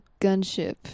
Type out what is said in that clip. gunship